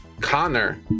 connor